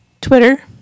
Twitter